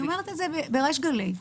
אני אומרת את זה בריש גלי,